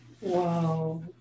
Wow